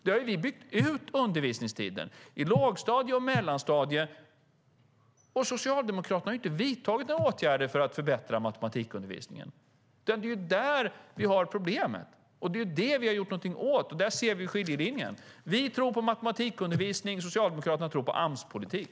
Där har vi byggt ut undervisningstiden i lågstadiet och mellanstadiet. Socialdemokraterna har inte vidtagit några åtgärder för att förbättra matematikundervisningen. Det är ju där vi har problemet, och det är det vi har gjort någonting åt. Där ser vi skiljelinjen. Vi tror på matematikundervisning. Socialdemokraterna tror på Amspolitik.